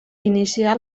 inicià